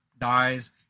dies